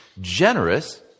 generous